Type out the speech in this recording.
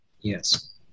Yes